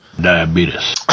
Diabetes